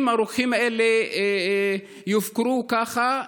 אם הרוקחים האלה יופקרו ככה,